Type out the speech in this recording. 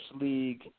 league